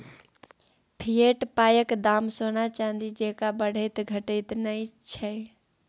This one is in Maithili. फिएट पायक दाम सोना चानी जेंका बढ़ैत घटैत नहि छै